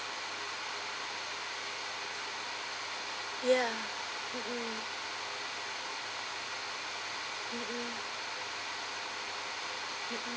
ya mmhmm mmhmm mmhmm